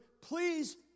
Please